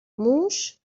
موش